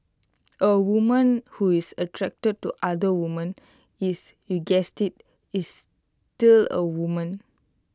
A woman who is attracted to other women is you guessed IT is still A woman